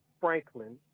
Franklin